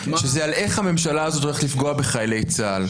שזה על איך הממשלה הזאת הולכת לפגוע בחיילי צה"ל.